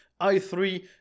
i3